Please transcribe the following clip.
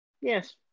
Yes